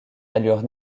allure